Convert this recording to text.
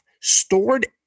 stored